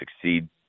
succeed